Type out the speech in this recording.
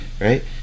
right